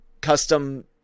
custom